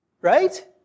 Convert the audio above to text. Right